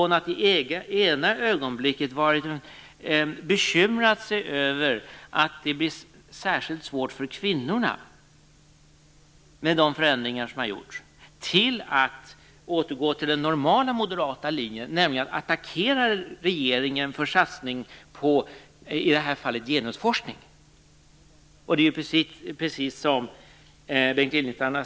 Från att i ena ögonblicket ha bekymrat sig över att det blir särskilt svårt för kvinnorna i och med de förändringar som gjorts övergick hon alltså till den normala moderata linjen och attackerade regeringen för i det här fallet dess satsning på genusforskningen.